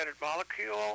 Molecule